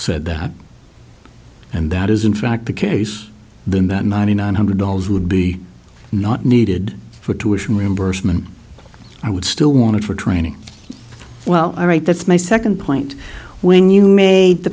said that and that is in fact the case then that ninety nine hundred dollars would be not needed for tuition reimbursement i would still want to for training well all right that's my second point when you made the